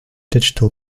digital